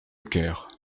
cœur